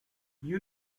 you